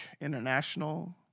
International